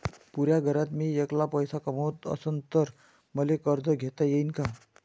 पुऱ्या घरात मी ऐकला पैसे कमवत असन तर मले कर्ज घेता येईन का?